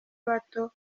abato